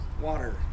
Water